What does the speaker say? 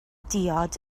diod